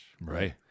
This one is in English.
right